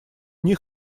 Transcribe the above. них